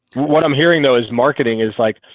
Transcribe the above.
what i'm hearing, though is marketing is like.